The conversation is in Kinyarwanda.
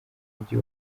mujyi